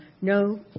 no